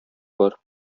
бар